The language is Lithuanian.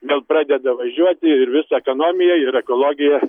vėl pradeda važiuoti ir visa ekonomija ir ekologija